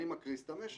אני מקריס את המשק.